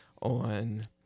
on